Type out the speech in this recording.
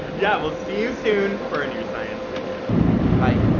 yeah, we'll see you soon for a new science video. like